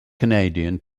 canadian